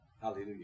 Hallelujah